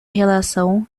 relação